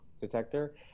detector